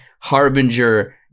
harbinger